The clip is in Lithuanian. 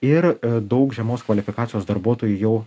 ir daug žemos kvalifikacijos darbuotojų jau